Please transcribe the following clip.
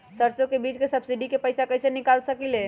सरसों बीज के सब्सिडी के पैसा कईसे निकाल सकीले?